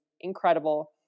incredible